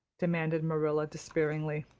demanded marilla despairingly.